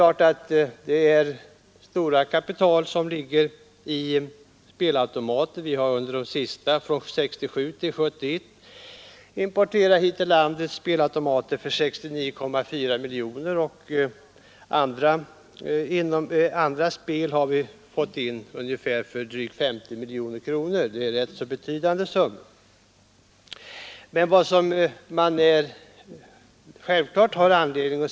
Det ligger verkligen stora kapital i dessa spelautomater. Från 1967 till 1971 importerade vi sådana apparater för 69,4 miljoner, och apparater för andra spel importerade vi för drygt 50 miljoner kronor. Det är alltså ganska betydande belopp det rör sig om.